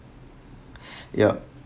yup